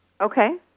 Okay